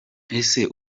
ese